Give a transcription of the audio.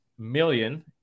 million